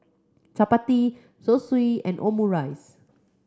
Chapati Zosui and Omurice